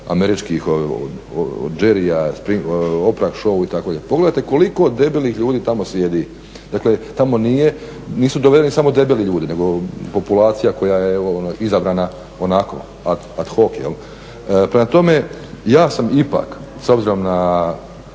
američkih, Jerrya, Oprah show itd. Pogledajte koliko debelih ljudi tamo sjedi. Dakle, tamo nije, nisu dovedeni samo debeli ljudi nego populacija koja je izabrana onako ad hoc. Prema tome, ja sam ipak s obzirom na